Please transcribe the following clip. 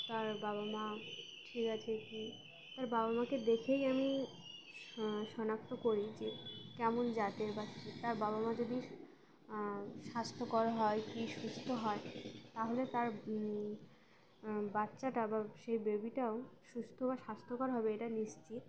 তার বাবা মা ঠিক আছে কি তার বাবা মাকে দেখেই আমি শনাক্ত করি যে কেমন জাতের কাছে তার বাবা মা যদি স্বাস্থ্যকর হয় কি সুস্থ হয় তাহলে তার বাচ্চাটা বা সেই বেবিটাও সুস্থ বা স্বাস্থ্যকর হবে এটা নিশ্চিত